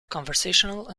conversational